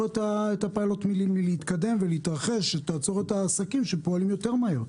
את הפיילוט מלהתקדם ולהתרחש ותעצור אתה עסקים שפועלים יותר מהר.